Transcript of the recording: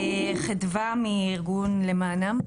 חדוה מארגון למענם.